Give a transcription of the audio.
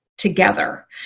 together